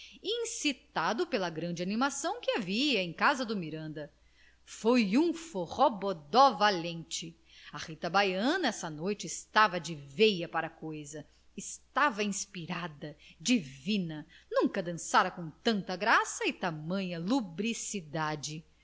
incitado pela grande animação que havia em casa do miranda foi um forrobodó valente a rita baiana essa noite estava de veia para a coisa estava inspirada divina nunca dançara com tanta graça e tamanha lubricidade